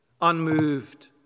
unmoved